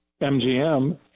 MGM